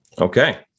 Okay